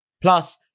Plus